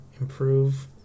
improve